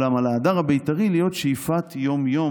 אולם על 'ההדר הבית"רי' להיות שאיפת יום-יום